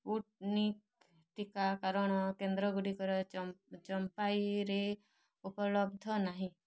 Sputnik ଟୀକାକରଣ କେନ୍ଦ୍ରଗୁଡ଼ିକ ଚମ୍ଫାଇରେ ଉପଲବ୍ଧ ନାହିଁ